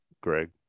Greg